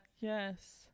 yes